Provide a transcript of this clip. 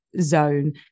zone